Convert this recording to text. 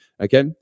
okay